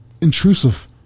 intrusive